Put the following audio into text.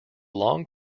long